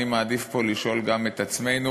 אני מעדיף פה לשאול גם את עצמנו,